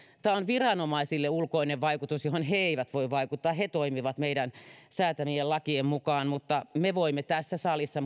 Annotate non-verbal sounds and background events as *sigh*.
tämä on viranomaisille ulkoinen vaikutus johon he eivät voi vaikuttaa he toimivat meidän säätämiemme lakien mukaan mutta me voimme tässä salissa *unintelligible*